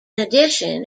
addition